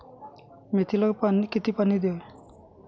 मेथीला किती पाणी द्यावे?